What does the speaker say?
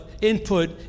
input